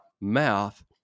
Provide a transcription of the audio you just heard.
mouth